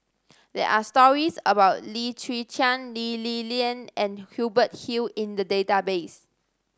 there are stories about Lim Chwee Chian Lee Li Lian and Hubert Hill in the database